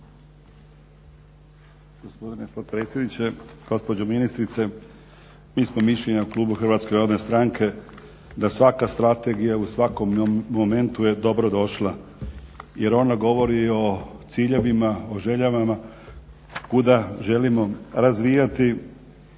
Gospodine potpredsjedniče, gospođo ministrice mi smo mišljenja u klubu HNS-a da svaka strategija u svakom momentu je dobrodošla jer ona govori o ciljevima, o željama kuda želimo razvijati